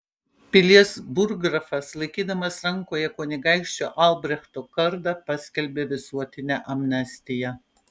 pilies burggrafas laikydamas rankoje kunigaikščio albrechto kardą paskelbė visuotinę amnestiją